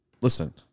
listen